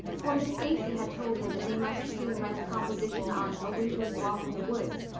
for miss stacy had told them that they must soon write a composition on a winter's walk in the woods,